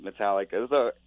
Metallica